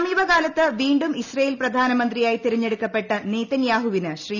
സമീപകാലത്ത് വീണ്ടും ഇസ്രയേൽ പ്രധാനമന്ത്രിയായി തിരഞ്ഞെടുക്കപ്പെട്ട നെതന്യാഹുവിന് ശ്രീ